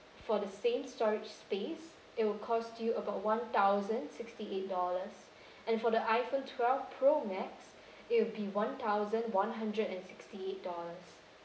for the same storage space it will cost you about one thousand sixty eight dollars and for the iphone twelve pro max it will be one thousand one hundred and sixty eight dollars